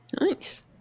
Nice